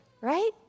Right